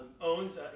owns